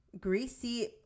greasy